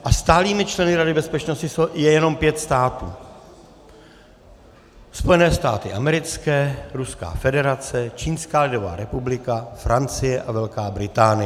A stálými členy Rady bezpečnosti je jen pět států: Spojené státy americké, Ruská federace, Čínská lidová republika, Francie a Velká Británie.